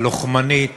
הלוחמנית